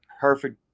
perfect